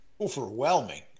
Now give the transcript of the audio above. Overwhelming